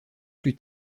plus